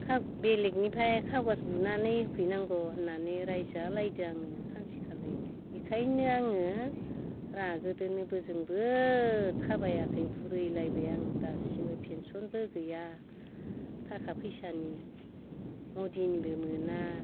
हाब बेलेगनिफ्राय खागज बुनानै होफैनांगौ होननानै रायजालायदों आङो सानसेखालि बेखायनो आङो रागोजोंनो बोजोंबो थाबायाखै बुरैलायबाय आङो दासिमबो पेन्सनबो गैया थाखा फैसानि मडिनिबो मोना